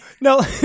No